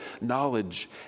knowledge